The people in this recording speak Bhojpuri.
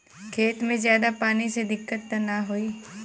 खेत में ज्यादा पानी से दिक्कत त नाही होई?